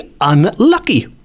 unlucky